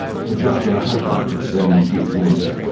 sir joshua hassan, then chief minister.